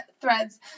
threads